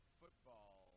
football